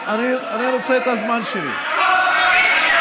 פעם אחת תעמוד פה על הבמה ותגיד: אני מגנה את ארגוני הטרור.